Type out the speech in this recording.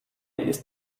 ist